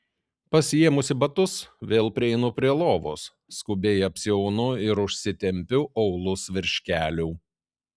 pasiėmusi batus vėl prieinu prie lovos skubiai apsiaunu ir užsitempiu aulus virš kelių